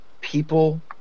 people